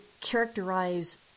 characterize